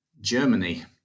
Germany